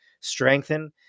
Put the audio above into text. strengthen